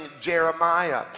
Jeremiah